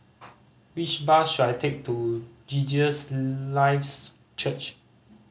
which bus should I take to Jesus Lives Church